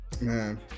man